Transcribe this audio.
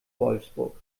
wolfsburg